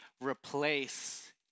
replace